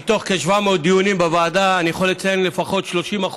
מתוך כ-700 דיונים בוועדה אני יכול לציין שלפחות 30%,